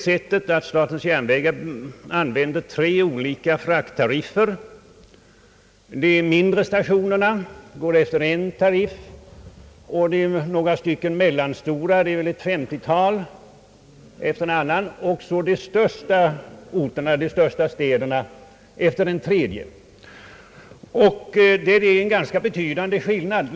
Statens järnvägar tillämpar tre olika frakttariffer — de minsta stationerna använder en tariff, ett 50-tal mellanstora stationer använder en annan tariff och de största orterna, städerna, en tredje tariff. Det råder en ganska betydande skillnad mellan de olika tarifferna.